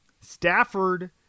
Stafford